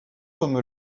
comme